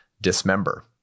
dismember